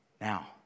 Now